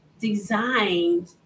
designed